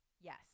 Yes